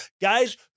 Guys